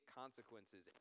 consequences